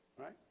right